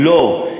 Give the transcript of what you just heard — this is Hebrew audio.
לא.